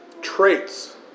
traits